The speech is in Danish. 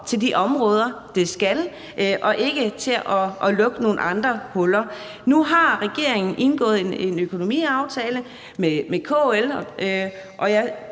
til de områder, de skal, og ikke til at lukke nogle andre huller? Nu har regeringen indgået en økonomiaftale med KL, og den